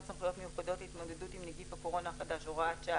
סמכויות מיוחדות להתמודדות עם נגיף הקורונה החדש (הוראת שעה)